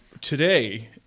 Today